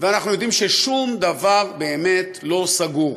ואנחנו יודעים ששום דבר באמת לא סגור,